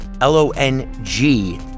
L-O-N-G